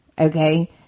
Okay